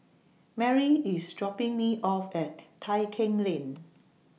Mary IS dropping Me off At Tai Keng Lane